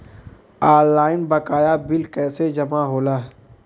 Online बकाया bill कैसे जमा होला?